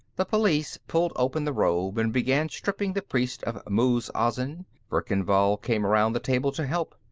the policeman pulled open the robe and began stripping the priest of muz-azin verkan vall came around the table to help.